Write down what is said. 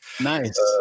nice